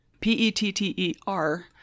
P-E-T-T-E-R